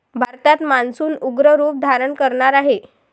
भारतात मान्सून उग्र रूप धारण करणार आहे